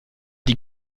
die